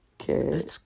Okay